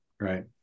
Right